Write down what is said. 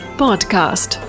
podcast